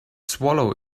swallow